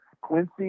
Quincy